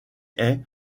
est